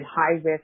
high-risk